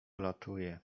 ulatuje